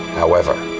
however,